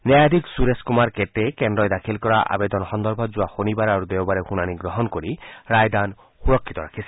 ন্যায়াধীশ সুৰেশ কুমাৰ কেটে কেন্দ্ৰই দাখিল কৰা আৱেদনৰ সন্দৰ্ভত যোৱা শনিবাৰ আৰু দেওবাৰে শুনানি গ্ৰহণ কৰি ৰায় সুৰক্ষিত ৰাখিছিল